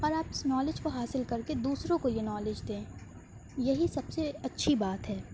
اور آپ اس نالج کو حاصل کر کے دوسروں کو یہ نالج دیں یہی سب سے اچھی بات ہے